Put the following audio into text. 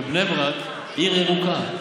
שבני ברק עיר ירוקה.